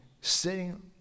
sitting